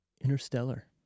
Interstellar